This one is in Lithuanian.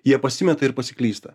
jie pasimeta ir pasiklysta